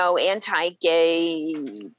anti-gay